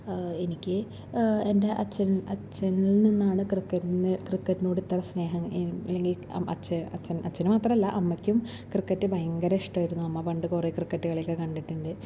എനിക്ക് എൻ്റെ അച്ഛൻ അച്ഛനിൽ നിന്നാണ് ക്രിക്കറ്റ് ക്രിക്കറ്റിനോട് ഇത്ര സ്നേഹം അച്ഛൻ അച്ഛന് അച്ഛന് മാത്രമല്ല അമ്മയ്ക്കും ക്രിക്കറ്റ് ഭയങ്കര ഇഷ്ടമായിരുന്നു അമ്മ പണ്ട് കുറേ ക്രിക്കറ്റ് കളിയൊക്കെ കണ്ടിട്ടുണ്ട്